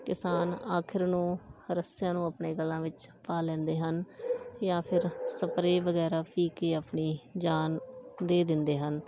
ਕਿਸਾਨ ਅਖੀਰ ਨੂੰ ਰੱਸਿਆਂ ਨੂੰ ਆਪਣੇ ਗਲਾਂ ਵਿੱਚ ਪਾ ਲੈਂਦੇ ਹਨ ਜਾਂ ਫਿਰ ਸਪਰੇ ਵਗੈਰਾ ਪੀ ਕੇ ਆਪਣੀ ਜਾਨ ਦੇ ਦਿੰਦੇ ਹਨ